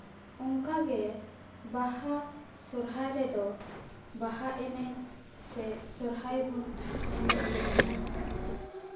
ᱚᱱᱠᱟᱜᱮ ᱵᱟᱦᱟ ᱥᱚᱦᱚᱨᱟᱭ ᱨᱮᱫᱚ ᱵᱟᱦᱟ ᱮᱱᱮᱡ ᱥᱮ ᱥᱚᱦᱨᱟᱭ ᱵᱚᱱ ᱮᱱᱮᱡᱼᱥᱮᱨᱮᱧᱟ